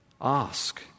Ask